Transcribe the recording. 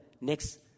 next